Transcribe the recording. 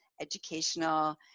educational